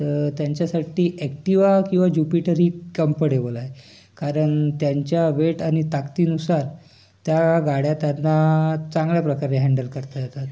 तर त्यांच्यासाठी ऍक्टिवा किंवा ज्युपिटर ही कंफर्टेबल आहे कारण त्यांच्या वेट आणि ताकतीनुसार त्या गाड्या त्यांना चांगल्या प्रकारे हॅन्डल करता येतात